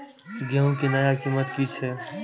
गेहूं के नया कीमत की छे?